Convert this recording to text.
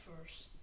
first